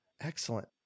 Excellent